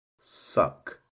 suck